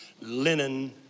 linen